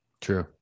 true